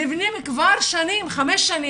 נבנים כבר שנים, חמש שנים.